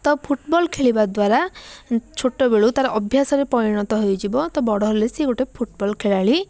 ତ ଫୁଟବଲ୍ ଖେଳିବା ଦ୍ଵାରା ଛୋଟ ବେଳୁ ତା'ର ଅଭ୍ୟାସରେ ପରିଣତ ହେଇଯିବ ତ ବଡ଼ ହେଲେ ସେ ଗୋଟେ ଫୁଟବଲ୍ ଖେଳାଳି